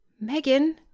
Megan